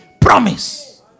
promise